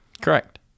Correct